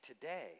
today